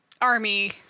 army